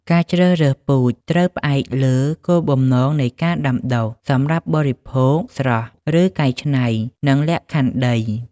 ការជ្រើសរើសពូជត្រូវផ្អែកលើគោលបំណងនៃការដាំដុះ (សម្រាប់បរិភោគស្រស់ ឬកែច្នៃ) និងលក្ខខណ្ឌដី។